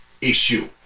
issue